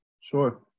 Sure